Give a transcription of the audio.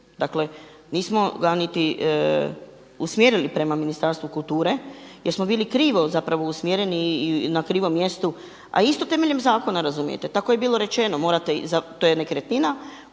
DUUDI-u, nismo ga niti usmjerili prema Ministarstvu kulture jer smo bili krivo zapravo usmjereni i na krivom mjestu a isto temeljem zakona razumijete. Tako je bilo rečeno morate, to je nekretnina,